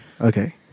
Okay